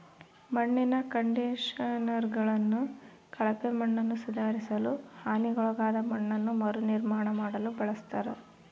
ಮಣ್ಣಿನ ಕಂಡಿಷನರ್ಗಳನ್ನು ಕಳಪೆ ಮಣ್ಣನ್ನುಸುಧಾರಿಸಲು ಹಾನಿಗೊಳಗಾದ ಮಣ್ಣನ್ನು ಮರುನಿರ್ಮಾಣ ಮಾಡಲು ಬಳಸ್ತರ